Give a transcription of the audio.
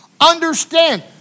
Understand